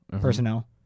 personnel